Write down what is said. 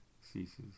ceases